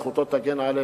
זכותו תגן עלינו,